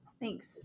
Thanks